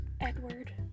Edward